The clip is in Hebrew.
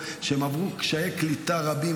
שעברו קשיי קליטה רבים,